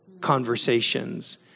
conversations